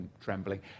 trembling